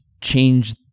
change